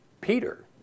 Peter